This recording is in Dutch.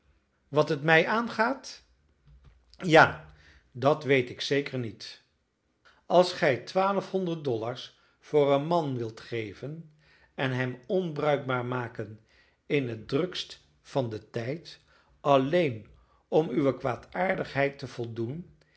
wat het mij aangaat ja dat weet ik zeker niet als gij twaalfhonderd dollars voor een man wilt geven en hem onbruikbaar maken in het drukste van den tijd alleen om uwe kwaadaardigheid te voldoen